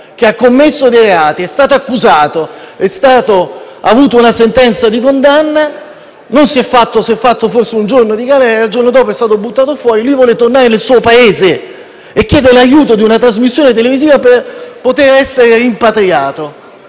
ha commesso dei reati, è stato accusato, ha avuto una sentenza di condanna, si è fatto forse un giorno di galera e il giorno dopo è stato buttato fuori. Lui vuole tornare nel suo Paese e chiede aiuto a una trasmissione televisiva per poter essere rimpatriato.